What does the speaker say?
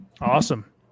Awesome